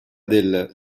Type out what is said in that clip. del